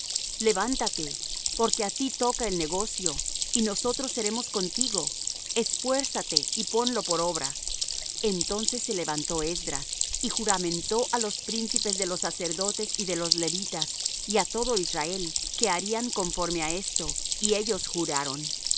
levántate porque á ti toca el negocio y nosotros seremos contigo esfuérzate y ponlo por obra entonces se levantó esdras y juramentó á los príncipes de los sacerdotes y de los levitas y á todo israel que harían conforme á esto y ellos juraron